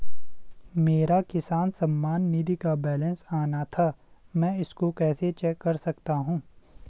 मेरा किसान सम्मान निधि का बैलेंस आना था मैं इसको कैसे चेक कर सकता हूँ?